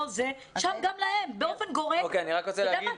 שם גם להם באופן גורף את יודעת מה?